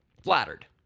flattered